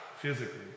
physically